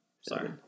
Sorry